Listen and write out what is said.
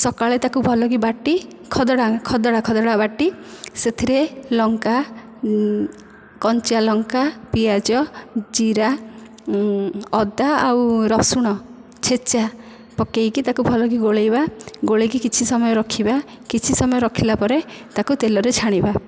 ସକାଳେ ତାକୁ ଭଲକି ବାଟି ଖଦଡ଼ା ଖଦଡ଼ା ଖଦଡ଼ା ବାଟି ସେଥିରେ ଲଙ୍କା କଞ୍ଚା ଲଙ୍କା ପିଆଜ ଜିରା ଅଦା ଆଉ ରସୁଣ ଛେଚା ପକାଇକି ତାକୁ ଭଲକି ଗୋଳାଇବା ଗୋଳାଇକି କିଛି ସମୟ ରଖିବା କିଛି ସମୟ ରଖିଲା ପରେ ତା'କୁ ତେଲରେ ଛାଣିବା